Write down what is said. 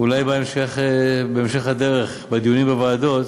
אולי בהמשך, בהמשך הדרך, בדיונים בוועדות,